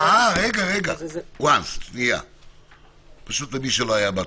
--- למי שלא היה בהתחלה,